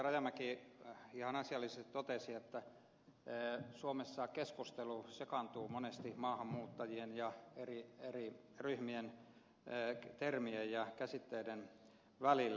rajamäki ihan asiallisesti totesi että suomessa keskustelu sekaantuu monesti maahanmuuttajien ja eri ryhmien termien ja käsitteiden välillä